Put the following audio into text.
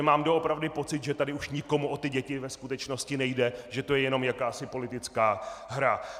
Mám doopravdy pocit, že tady už nikomu o ty děti ve skutečnosti nejde, že to je jenom jakási politická hra.